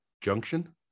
junction